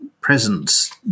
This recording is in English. presence